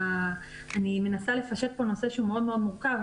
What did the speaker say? אני מנסה לפשט נושא שהוא מאוד מורכב,